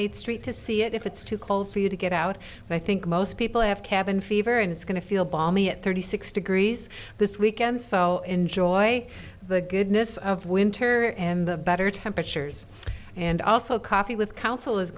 eighth street to see if it's too cold for you to get out and i think most people have cabin fever and it's going to feel balmy at thirty six degrees this weekend so enjoy the goodness of winter and the better temperatures and also coffee with council is